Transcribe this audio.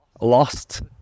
lost